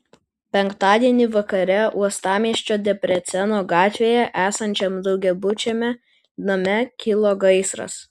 penktadienį vakare uostamiesčio debreceno gatvėje esančiam daugiabučiame name kilo gaisras